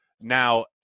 Now